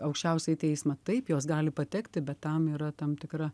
aukščiausiąjį teismą taip jos gali patekti bet tam yra tam tikra